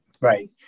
Right